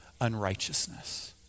unrighteousness